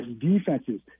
defenses